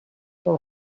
their